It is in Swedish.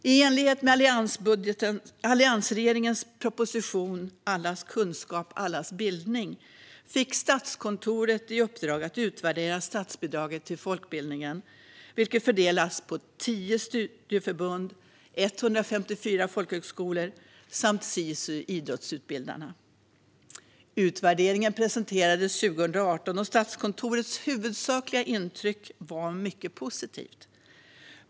I enlighet med alliansregeringens proposition Allas kunskap - allas bildning fick Statskontoret i uppdrag att utvärdera statsbidraget till folkbildningen, vilket fördelas på 10 studieförbund och 154 folkhögskolor samt Sisu Idrottsutbildarna. Utvärderingen presenterades 2018, och Statskontorets huvudsakliga intryck var mycket positivt.